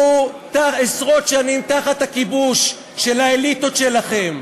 אנחנו עשרות שנים תחת הכיבוש של האליטות שלכם,